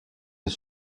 des